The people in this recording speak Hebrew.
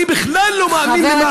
אני בכלל לא מאמין למח"ש.